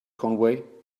conway